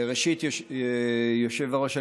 ראשית היושב-ראש,